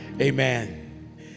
Amen